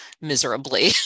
miserably